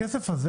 הכסף הזה,